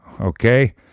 okay